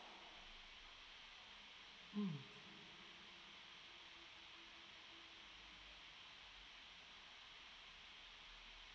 mm